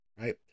right